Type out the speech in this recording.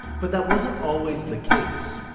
but that wasn't always the case.